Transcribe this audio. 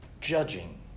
judging